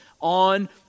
on